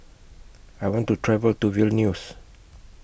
I want to travel to Vilnius